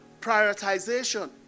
prioritization